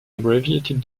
abbreviated